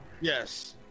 Yes